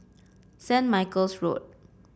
Saint Michael's Road